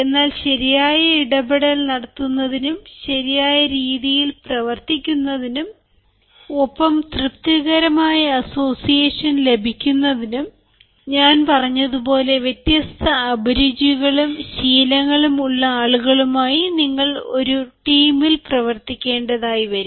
എന്നാൽ ശരിയായ ഇടപെടൽ നടത്തുന്നതിനും ശരിയായ രീതിയിൽ പ്രവർത്തിക്കുന്നതിനും ഒപ്പം തൃപ്തികരമായ അസോസിയേഷൻ ലഭിക്കുന്നതിനും ഞാൻ പറഞ്ഞതുപോലെ വ്യത്യസ്ത അഭിരുചികളും ശീലങ്ങളും ഉള്ള ആളുകളുമായി നിങ്ങൾ ഒരു ഒരു ടീമിൽ പ്രവർത്തിക്കേണ്ടത് ആയി വരും